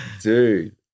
Dude